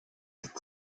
ist